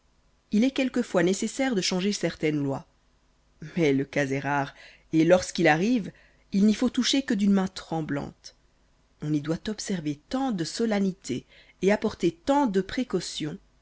il est quelquefois nécessaire de changer certaines lois mais le cas est rare et lorsqu'il arrive il n'y faut toucher que d'une main tremblante on y doit observer tant de solennités et apporter tant de précautions